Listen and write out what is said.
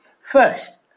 First